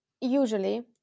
usually